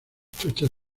truchas